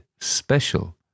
Special